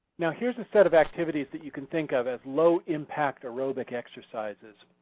now here's a set of activities that you can think of as low impact aerobic exercises.